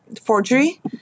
forgery